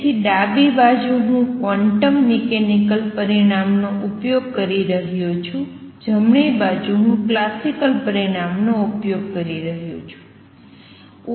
તેથી ડાબી બાજુ હું ક્વોન્ટમ મિકેનિકલ પરિણામનો ઉપયોગ કરી રહ્યો છું જમણી બાજુ હું ક્લાસિકલ પરિણામનો ઉપયોગ કરી રહ્યો છું